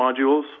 modules